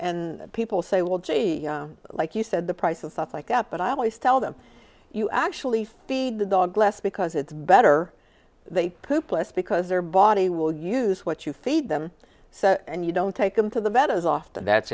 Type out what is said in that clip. and people say well gee like you said the price of stuff like that but i always tell them you actually feed the dog less because it's better they poop less because their body will use what you feed them and you don't take them to the vet as often that's